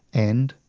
and,